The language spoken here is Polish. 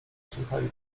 słuchali